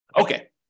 Okay